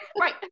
right